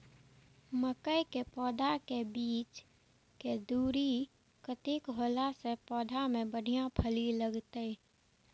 मके के पौधा के बीच के दूरी कतेक होला से पौधा में बढ़िया फली लगते?